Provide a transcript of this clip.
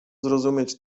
zrozumieć